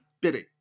bidding